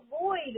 avoid